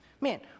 Man